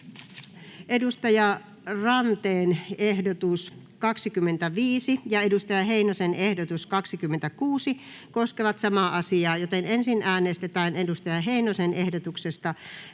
Lulu Ranteen ehdotus 25 ja Timo Heinosen ehdotus 26 koskevat samaa määrärahaa, joten ensin äänestetään Timo Heinosen ehdotuksesta